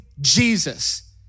Jesus